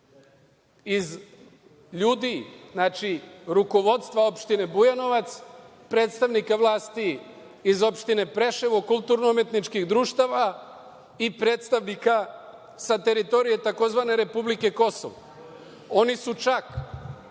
ljudi rukovodstva opštine Bujanovac, predstavnika vlasti iz opštine Preševo, kulturno-umetničkih društava i predstavnika sa teritorije tzv. republike Kosova. Oni su čak